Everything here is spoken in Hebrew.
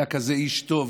היה כזה איש טוב,